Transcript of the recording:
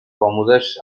còmodes